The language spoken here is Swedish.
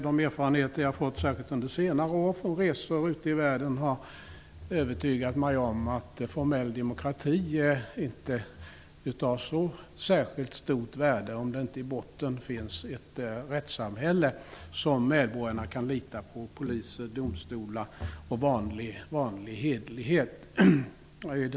De erfarenheter jag har fått från resor ute i världen, särskilt under senare år, har övertygat mig om att formell demokrati inte är av så stort värde om det inte finns ett rättssamhälle i botten som medborgarna kan lita på med poliser, domstolar och vanlig hederlighet.